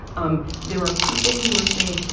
um there are people who were saying,